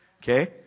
Okay